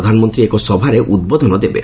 ପ୍ରଧାନମନ୍ତ୍ରୀ ଏକ ସଭାରେ ଉଦ୍ବୋଧନ ଦେବେ